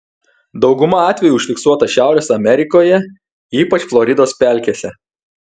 dauguma atvejų užfiksuota šiaurės amerikoje ypač floridos pelkėse